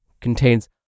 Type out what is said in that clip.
contains